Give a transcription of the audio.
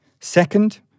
Second